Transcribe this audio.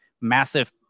massive